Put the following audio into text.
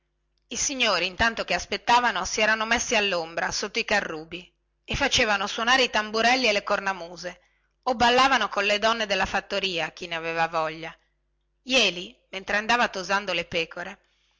i signori intanto che aspettavano si erano messi allombra sotto i carrubi e facevano suonare i tamburelli e le cornamuse e ballavano colle donne della fattoria che parevano tuttuna cosa jeli mentre andava tosando le pecore